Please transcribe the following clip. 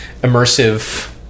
immersive